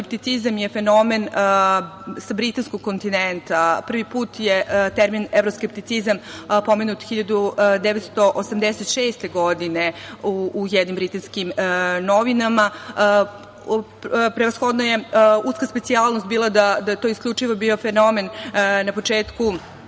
evroskepticizam je fenomen sa Britanskog kontinenta. Prvi put je termin evroskepticizam pomenut 1986. godine u jednim britanskim novinama. Prevashodno je uska specijalnost bila da je to isključivo bio fenomen na početku